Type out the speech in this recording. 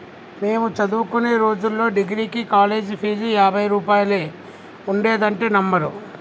మేము చదువుకునే రోజుల్లో డిగ్రీకి కాలేజీ ఫీజు యాభై రూపాయలే ఉండేదంటే నమ్మరు